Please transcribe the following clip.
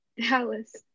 Dallas